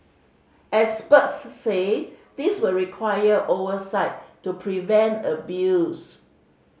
experts say this will require oversight to prevent abuse